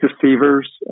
deceivers